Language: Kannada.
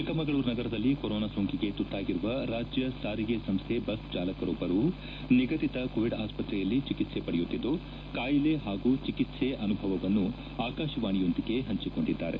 ಚಿಕ್ಕಮಗಳೂರು ನಗರದಲ್ಲಿ ಕೊರೋನಾ ಸೊಂಕಿಗೆ ತುತ್ತಾಗಿರುವ ರಾಜ್ಯ ಸಾರಿಗೆ ಸಂಸ್ಹೆ ಬಸ್ ಚಾಲಕರೊಬ್ಬರು ನಿಗದಿತ ಕೋವಿಡ್ ಆಸ್ಪತ್ರೆಯಲ್ಲಿ ಚಿಕಿತ್ಸೆ ಪಡೆಯುತ್ತಿದ್ದು ಕಾಯಿಲೆ ಹಾಗೂ ಚಿಕಿತ್ಸೆ ಅನುಭವವನ್ನು ಆಕಾಶವಾಣಿಯೊಂದಿಗೆ ಹಂಚಿಕೊಂಡಿದ್ದಾರೆ